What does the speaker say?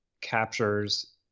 captures